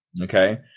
Okay